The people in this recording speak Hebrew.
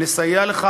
נסייע לך,